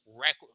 record